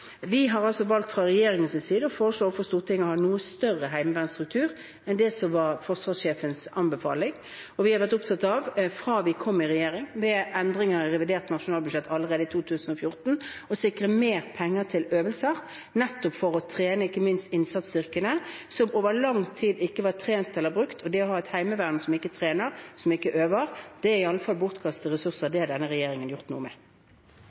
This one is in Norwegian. Vi har fra regjeringens side valgt å foreslå overfor Stortinget å ha en noe større heimevernsstruktur enn det som var forsvarssjefens anbefaling. Og vi har vært opptatt av – fra vi kom i regjering, ved endringer i revidert nasjonalbudsjett allerede i 2014 – å sikre mer penger til øvelser, nettopp for å trene ikke minst innsatsstyrkene, som over lang tid ikke har vært trent eller brukt. Det å ha et heimevern som ikke trener og ikke øver, er i alle fall bortkastede ressurser. Det har denne regjeringen gjort noe med.